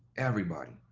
everybody,